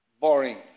boring